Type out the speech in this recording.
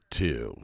two